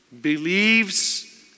believes